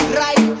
right